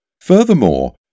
Furthermore